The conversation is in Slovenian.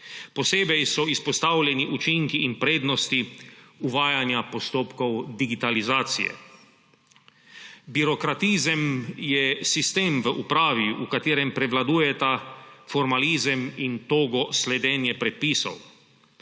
Posebej so izpostavljeni učinki in prednosti uvajanja postopkov digitalizacije. Birokratizem je sistem v upravi, v katerem prevladujeta formalizem in togo sledenje predpisov.